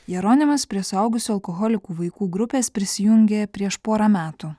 jeronimas prie suaugusių alkoholikų vaikų grupės prisijungė prieš porą metų